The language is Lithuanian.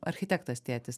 architektas tėtis